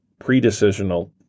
predecisional